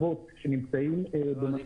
לאבות שנמצאים במצב שבו הם --- מה הקשר?